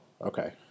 okay